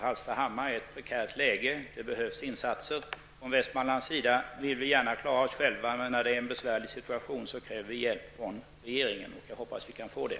Hallstahammar är i ett prekärt läge, och det behövs insatser. Vi i Västmanland vill gärna klara oss själva, men när det är en besvärlig situation behöver vi hjälp från regeringen, och jag hoppas att vi kan få det.